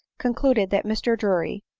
concluding that mr drury,